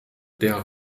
der